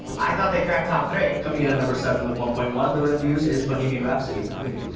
i thought they cracked top three. coming in at number seven with one point one billion views is bohemian rhapsody, queen.